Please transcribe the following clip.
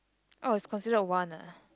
oh it's considered one ah